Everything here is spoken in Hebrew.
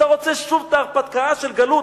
אתה רוצה שוב את ההרפתקה של גלות.